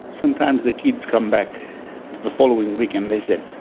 sometimes the kids come back the following week and they say,